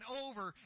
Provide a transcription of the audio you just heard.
over